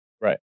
right